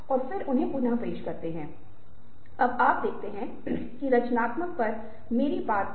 क्या आप वास्तव में दूसरे व्यक्ति की बात अच्छे से सुन रहे हैं की नहीं क्योंकि आंखों का संदर्भ संभव नहीं है